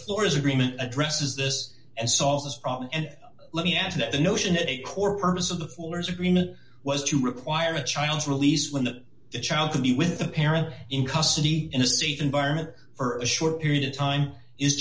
floor is agreement addresses this and solve this problem and let me add to that the notion that a core purpose of the fullers agreement was to require a child's release when the child can be with the parent in custody in a safe environment for a short period of time is